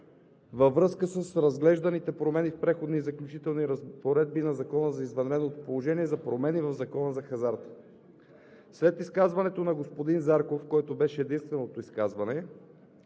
във връзка с разглежданите промени в Преходните и заключителните разпоредби на Закона за извънредното положение за промени в Закона за хазарта. След изказването на господин Зарков, което беше единственото изказване,